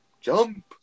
jump